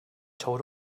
told